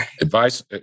Advice